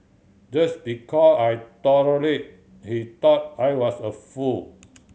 just because I tolerated he thought I was a fool